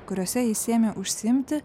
kuriose jis ėmė užsiimti